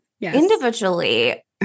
individually